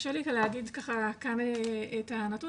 קשה לי להגיד ככה כאן את הנתון,